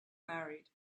married